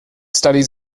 studies